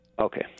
Okay